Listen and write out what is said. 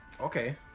Okay